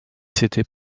s’était